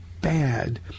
bad